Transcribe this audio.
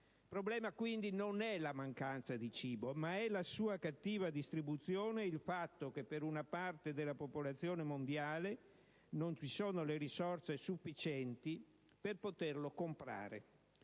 II problema non è la mancanza di cibo, ma la sua cattiva distribuzione, e il fatto che una parte della popolazione mondiale non ha risorse sufficienti per poterlo comprare.